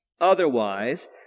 Otherwise